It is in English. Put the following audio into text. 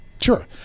Sure